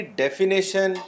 definition